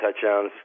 touchdowns